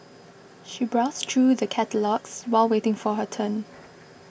she browsed through the catalogues while waiting for her turn